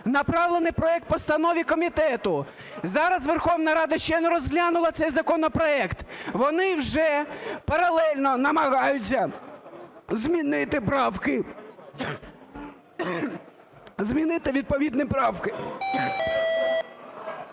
направлений проект постанови комітету. Зараз Верховна Рада ще не розглянула цей законопроект, вони вже паралельно намагаються змінити правки, змінити відповідні правки.